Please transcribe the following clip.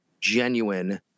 genuine